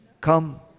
Come